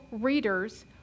readers